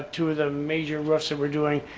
two is a major rush that we're doing,